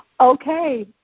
okay